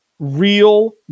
Real